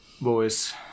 boys